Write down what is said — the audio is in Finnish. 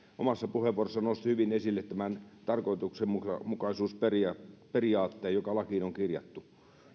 omassa puheenvuorossaan nosti hyvin esille tämä tarkoituksenmukaisuusperiaate joka lakiin on kirjattu